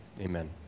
amen